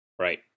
Right